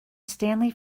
stanley